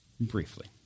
briefly